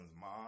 mom